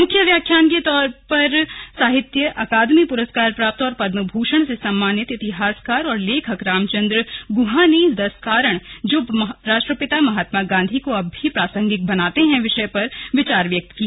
मुख्य व्याख्याता के तौर पर साहित्य अकादमी पुरस्कार प्राप्त और पद्म भूषण से सम्मानित इतिहासकार व लेखक रामचंद्र गुहा ने दस कारण जो राष्ट्रपिता महात्मा गांधी को अब भी प्रासंगिक बनाते हैं विषय पर विचार व्यक्त किए